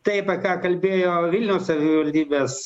tai apie ką kalbėjo vilniaus savivaldybės